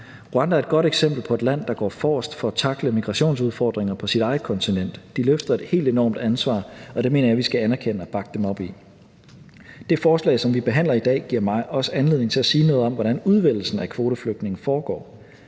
Rwanda er et godt eksempel på et land, der går forrest for at tackle migrationsudfordringer på sit eget kontinent. De løfter et helt enormt ansvar, og det mener jeg vi skal anerkende og bakke dem op i. Det forslag, som vi behandler i dag, giver mig også anledning til at sige noget om, hvordan udvælgelsen af kvoteflygtninge foregår.